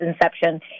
inception